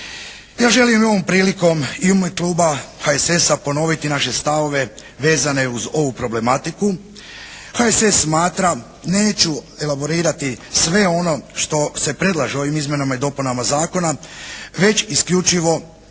Ja želim ovom prilikom i u ime kluba HSS-a ponoviti naše stavove vezane uz ovu problematiku. HSS smatra, neću elaborirati sve ono što se predlaže ovim izmjenama i dopunama Zakona, već isključivo vezati